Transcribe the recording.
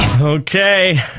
Okay